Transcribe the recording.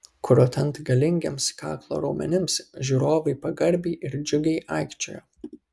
krutant galingiems kaklo raumenims žiūrovai pagarbiai ir džiugiai aikčiojo